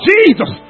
Jesus